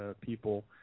people